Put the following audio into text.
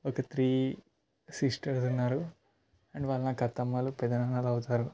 ఒక three sisters ఉన్నారు and వాళ్ళు నాకు అత్తమ్మలు పెదనాన్నలు అవుతారు